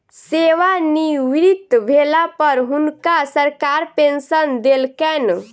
सेवानिवृत भेला पर हुनका सरकार पेंशन देलकैन